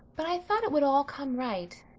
but i thought it would all come right